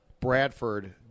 Bradford